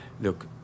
look